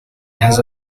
has